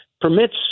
permits